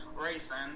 racing